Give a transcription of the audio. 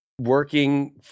working